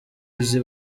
izi